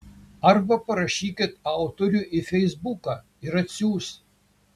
arba parašykit autoriui į feisbuką ir atsiųs